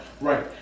Right